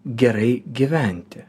gerai gyventi